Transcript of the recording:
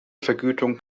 vergütung